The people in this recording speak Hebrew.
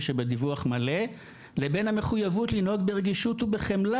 שבדיווח מלא לבין המחויבות לנהוג ברגישות ובחמלה